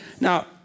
Now